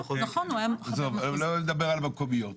לא לדבר על מקומיות.